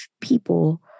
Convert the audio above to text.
people